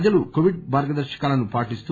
ప్రజలు కోవిడ్ మార్గదర్పకాలను పాటిస్తూ